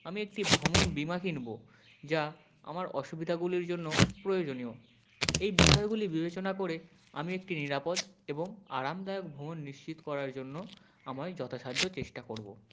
আমি একটি ভ্রমণ বিমা কিনবো যা আমার অসুবিধাগুলির জন্য প্রয়োজনীয় এই বিষয়গুলির বিবেচনা করে আমি একটি নিরাপদ এবং আরামদায়ক ভ্রমণ নিশ্চিত করার জন্য আমায় যথা সাধ্য চেষ্টা করবো